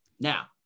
Now